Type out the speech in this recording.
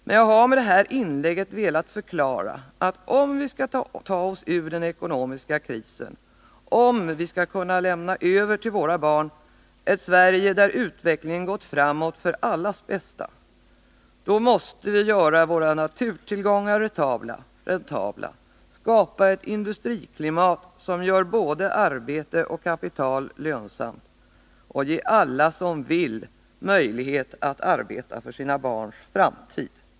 Men jag har med det här inlägget velat förklara, att om vi skall ta oss ur den ekonomiska krisen, om vi skall kunna lämna över till våra barn ett Sverige där utvecklingen gått framåt för allas bästa, då måste vi göra våra naturtillgångar räntabla, skapa ett industriklimat som gör både arbete och kapital lönsamt och ge alla som vill möjlighet att arbeta för sina barns framtid.